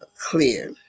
clear